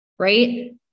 Right